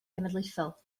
genedlaethol